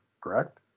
correct